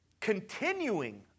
continuing